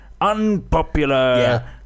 unpopular